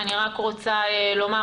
אני רק רוצה לומר,